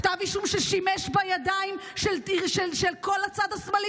כתב אישום ששימש בידיים של כל הצד השמאלי